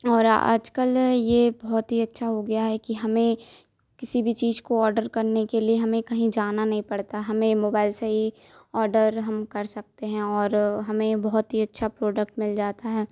और आजकल ये बहुत अच्छा हो गया है कि हमें किसी भी चीज़ को ऑर्डर करने के लिए हमें कहीं जाना नहीं पड़ता हमें मोबाइल से ही ऑर्डर हम कर सकते हैं और हमें बहुत ही अच्छा प्रोडक्ट मिल जाता है